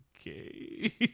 okay